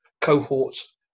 cohorts